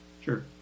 sure